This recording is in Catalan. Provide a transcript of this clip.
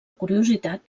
curiositat